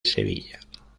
sevilla